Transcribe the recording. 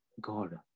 God